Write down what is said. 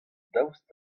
daoust